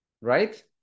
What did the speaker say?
right